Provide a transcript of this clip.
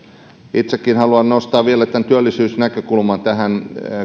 itsekin haluan nostaa vielä tämän työllisyysnäkökulman näitä